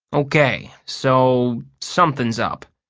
okay, so something's up.